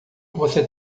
você